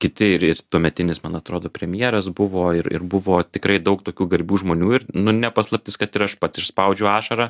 kiti ir ir tuometinis man atrodo premjeras buvo ir ir buvo tikrai daug tokių garbių žmonių ir nu ne paslaptis kad ir aš pats išspaudžiu ašarą